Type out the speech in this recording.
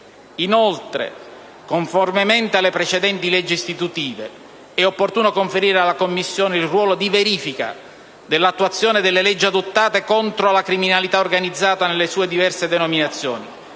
Inoltre, conformemente alle precedenti leggi istitutive, è opportuno conferire alla Commissione il compito di verificare l'attuazione delle leggi adottate contro la criminalità organizzata nelle sue diverse denominazioni,